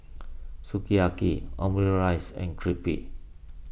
Sukiyaki Omurice and Crepe